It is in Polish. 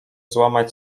złamać